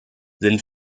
sind